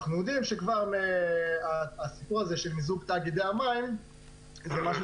אנחנו יודעים שהסיפור של מיזוג תאגידי מים זה משהו